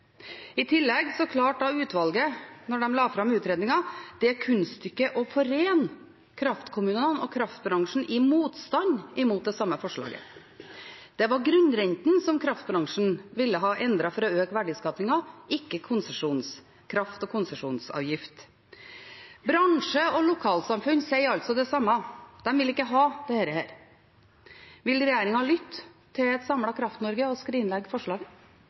I tillegg klarte utvalget, da de la fram utredningen, det kunststykket å forene kraftkommunene og kraftbransjen i motstand mot det samme forslaget. Det var grunnrentene som kraftbransjen ville ha endret for å øke verdiskapingen, ikke konsesjonskraft og konsesjonsavgift. Bransje og lokalsamfunn sier altså det samme: De vil ikke ha dette. Vil regjeringen lytte til et samlet Kraft-Norge og skrinlegge forslaget?